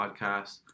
podcasts